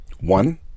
one